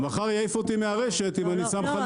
מחר יעיפו אותי מהרשת אם אני שם חליפי ולא מקורי.